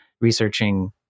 researching